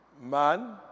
man